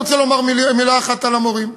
אני רוצה לומר מילה אחת על המורים,